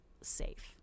safe